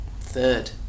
Third